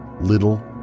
little